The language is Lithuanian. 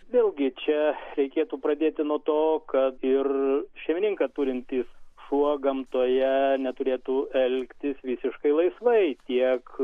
vėlgi čia reikėtų pradėti nuo to kad ir šeimininką turintis šuo gamtoje neturėtų elgtis visiškai laisvai tiek